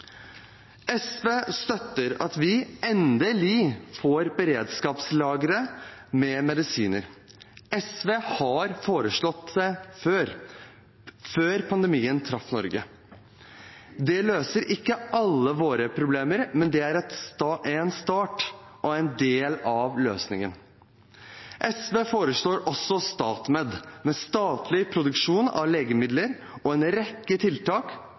SV støtter at vi endelig får beredskapslagre med medisiner. SV har foreslått det før – før pandemien traff Norge. Det løser ikke alle våre problemer, men det er en start og en del av løsningen. SV foreslår også StatMed, med statlig produksjon av legemidler og en rekke tiltak